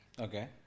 Okay